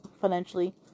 financially